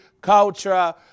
culture